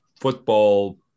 football